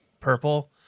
purple